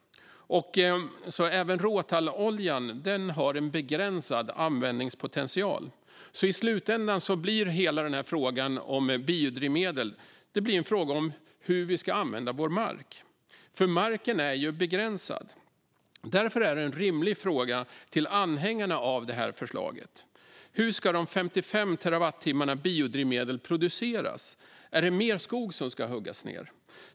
Även råtalloljan har därmed en begränsad användningspotential. I slutändan blir hela den här frågan om biodrivmedel en fråga om hur vi ska använda vår mark. För marken är begränsad. Därför är en rimlig fråga till anhängarna av det här förslaget: Hur ska de 55 terawattimmarna biodrivmedel produceras? Är det mer skog som ska huggas ned?